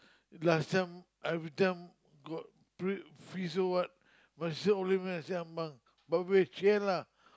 last time every time got pr~ feast or what my sister always make Nasi-Ambeng but we share lah